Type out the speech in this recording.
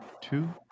two